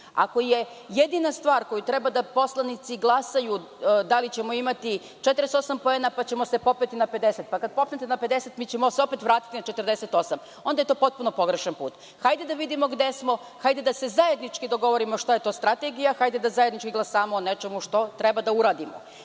Ako je jedina stvar o kojoj poslanici treba da glasaju, da li ćemo imati 48 poena, pa ćemo se popeti na 50, pa kada popnete na 50, mi ćemo se opet vratiti na 48, onda je to potpuno pogrešan put. Hajde da vidimo gde smo, hajde da se zajednički dogovorimo šta je to strategija, hajde da zajednički glasamo o nečemu što treba da uradimo,